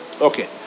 okay